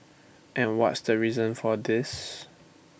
and what's the reason for this